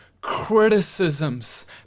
criticisms